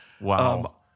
Wow